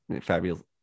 Fabulous